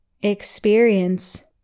experience